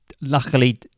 luckily